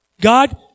God